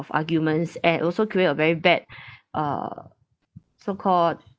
arguments and also create a very bad uh so-called